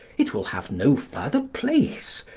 it will have no further place.